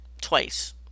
twice